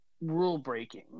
rule-breaking